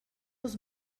els